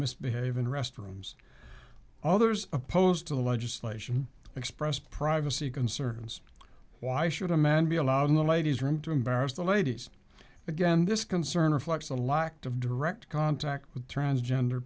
misbehave in restrooms others opposed to the legislation expressed privacy concerns why should a man be allowed in the ladies room to embarrass the ladies again this concern reflects a lack of direct contact with transgender